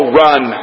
run